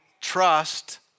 trust